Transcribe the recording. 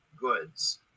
goods